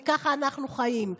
כי ככה אנחנו חיים.